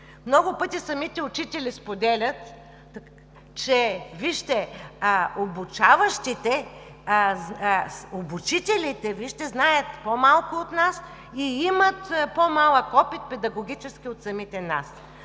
Много пъти самите учители споделят, че, вижте: обучителите знаят по-малко от нас и имат по-малък педагогически опит от самите нас.